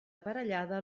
aparellada